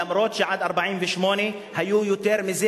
אף שעד 1948 היו יותר מזה,